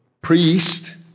priest